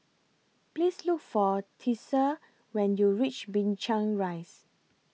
Please Look For Tessa when YOU REACH Binchang Rise